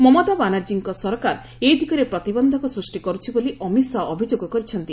ମମତା ବାନାର୍ଜୀଙ୍କ ସରକାର ଏ ଦିଗରେ ପ୍ରତିବନ୍ଧକ ସ୍କ୍ଷି କର୍ତ୍ଥି ବୋଲି ଅମିତ ଶାହା ଅଭିଯୋଗ କରିଛନ୍ତି